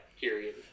period